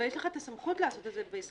אבל יש לך את הסמכות לעשות את זה ב-24(ג).